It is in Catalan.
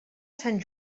sant